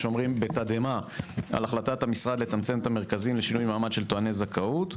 בתדהמה על החלטת המשרד לצמצם את המרכזים לשינוי מעמד של טועני זכאות,